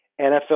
NFL